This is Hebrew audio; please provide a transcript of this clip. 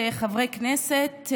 חברות וחברי הכנסת,